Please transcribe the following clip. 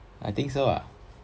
I think so ah